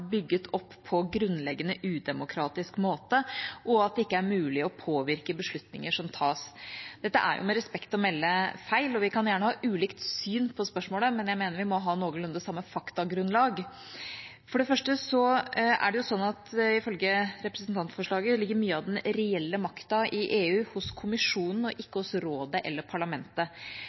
bygget opp på en grunnleggende udemokratisk måte, og at det ikke er mulig å påvirke beslutninger som tas. Dette er med respekt å melde feil. Vi kan gjerne ha ulikt syn på spørsmålet, men jeg mener vi må ha noenlunde samme faktagrunnlag. For det første: Ifølge representantforslaget ligger mye av den reelle makten i EU hos Kommisjonen og ikke hos Rådet eller Parlamentet.